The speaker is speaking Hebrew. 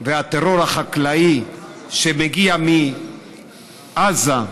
והטרור החקלאי שמגיע מעזה,